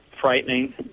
frightening